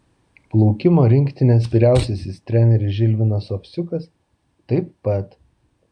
plaukimo rinktinės vyriausiasis treneris žilvinas ovsiukas taip pat